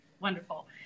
Wonderful